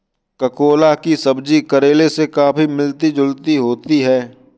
ककोला की सब्जी करेले से काफी मिलती जुलती होती है